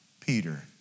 Peter